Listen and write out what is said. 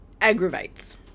aggravates